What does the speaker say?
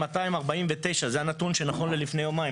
2,249 זה הנתון שלפני יומיים,